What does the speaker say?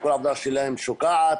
כל העבודה שלהם שוקעת.